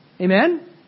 Amen